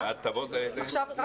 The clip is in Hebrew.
מה